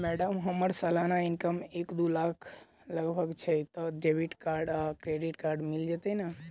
Madam हम्मर सलाना income एक दु लाख लगभग छैय तऽ डेबिट कार्ड आ क्रेडिट कार्ड मिल जतैई नै?